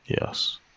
Yes